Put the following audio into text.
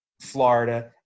Florida